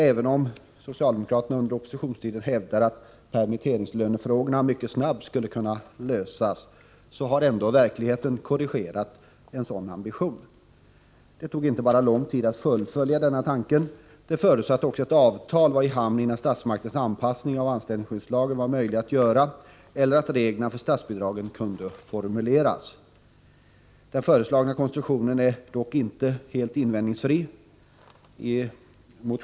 Även om socialdemokraterna under oppositionstiden hävdade att permitteringslönefrågorna mycket snabbt skulle kunna lösas, har ändå verkligheten korrigerat en sådan ambition. Det tog inte bara lång tid att fullfölja denna tanke, det förutsatte också att ett avtal var i hamn innan statsmaktens anpassning av anställningsskyddslagen var möjlig att göra eller reglerna för statsbidragen kunde formuleras. Den föreslagna konstruktionen är dock inte helt invändningsfri.